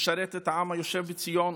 לשרת את העם היושב בציון